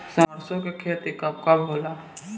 सरसों के खेती कब कब होला?